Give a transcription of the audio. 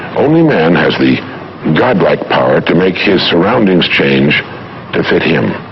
only man has the god-like power to make his surroundings change to fit him.